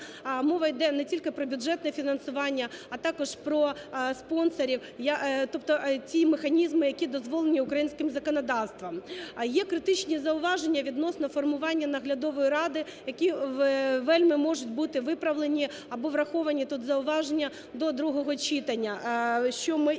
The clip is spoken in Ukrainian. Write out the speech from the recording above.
мова йде не тільки про бюджетне фінансування, а також про спонсорів, тобто ті механізми, які дозволені українським законодавством. Є критичні зауваження відносно формування наглядової ради, які вельми можуть бути виправлені або враховані тут зауваження до другого читання, що ми